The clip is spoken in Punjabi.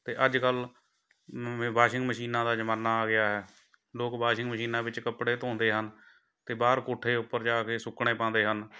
ਅਤੇ ਅੱਜ ਕੱਲ੍ਹ ਮ ਵਾਸ਼ਿੰਗ ਮਸ਼ੀਨਾਂ ਦਾ ਜਮਾਨਾ ਆ ਗਿਆ ਹੈ ਲੋਕ ਵਾਸ਼ਿੰਗ ਮਸ਼ੀਨਾਂ ਵਿੱਚ ਕੱਪੜੇ ਧੋਂਦੇ ਹਨ ਅਤੇ ਬਾਹਰ ਕੋਠੇ ਉੱਪਰ ਜਾ ਕੇ ਸੁੱਕਣੇ ਪਾਉਂਦੇ ਹਨ